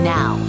Now